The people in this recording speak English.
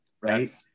Right